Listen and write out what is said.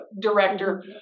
director